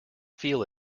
feel